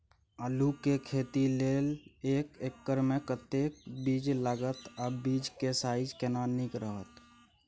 आलू के खेती लेल एक एकर मे कतेक बीज लागत आ बीज के साइज केना नीक रहत?